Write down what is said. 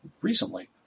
recently